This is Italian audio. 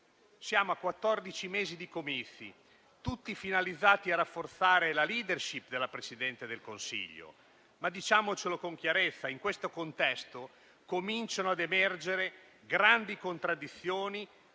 quattordici mesi di comizi, tutti finalizzati a rafforzare la *leadership* della Presidente del Consiglio. Ma è evidente che in questo contesto cominciano a emergere grandi contraddizioni,